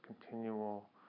continual